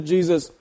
Jesus